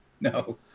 No